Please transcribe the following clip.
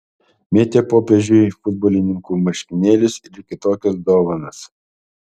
mėtė popiežiui futbolininkų marškinėlius ir kitokias dovanas